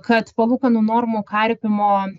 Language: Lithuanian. kad palūkanų normų karpymo